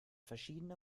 verschiedene